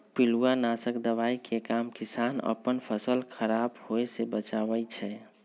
पिलुआ नाशक दवाइ के काम किसान अप्पन फसल ख़राप होय् से बचबै छइ